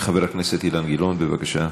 חבר הכנסת אילן גילאון, בבקשה.